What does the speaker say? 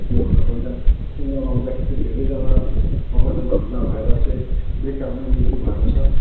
त्योभन्दा पहिला त्यो नलाउँदाखेरि चाहिँ धेरैजना आकस्मिक घट्ना भएर चाहिँ बेकालमै मृत्यु भएको छ